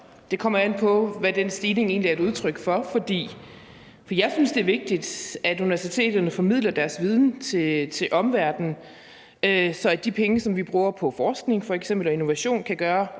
det kommer an på, hvad den stigning egentlig er et udtryk for. For jeg synes, det er vigtigt, at universiteterne formidler deres viden til omverdenen, så de penge, som vi bruger på f.eks. forskning og innovation kan gøre